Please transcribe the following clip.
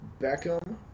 Beckham